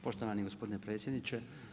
Poštovani gospodine predsjedniče.